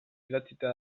idatzita